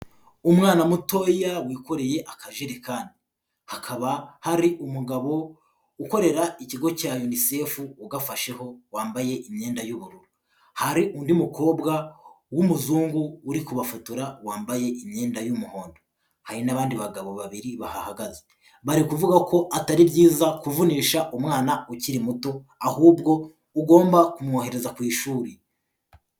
Umwana mutoya wikoreye akajerekani hakaba hari umugabo ukorera ikigo cya UNICEF ugafasheho wambaye imyenda y'ubururu, hari undi mukobwa w'umuzungu uri kubafotora wambaye imyenda y'umuhondo, hari n'abandi bagabo babiri bahagaze bari kuvuga ko atari byiza kuvunisha umwana ukiri muto ahubwo ugomba kumwohereza ku ishuri.